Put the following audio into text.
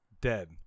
dead